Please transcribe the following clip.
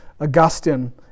Augustine